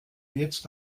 jetzt